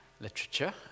literature